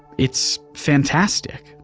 it's fantastic,